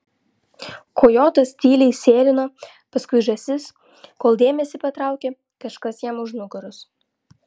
kojotas tyliai sėlino paskui žąsis kol dėmesį patraukė kažkas jam už nugaros